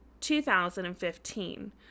2015